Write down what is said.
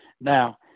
Now